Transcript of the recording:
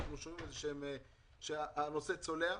אנחנו שומעים שהנושא צולע.